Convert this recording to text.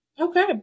okay